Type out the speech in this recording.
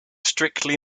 strictly